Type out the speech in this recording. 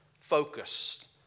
focused